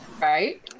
Right